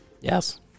Yes